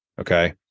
Okay